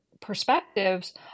perspectives